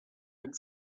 had